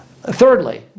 Thirdly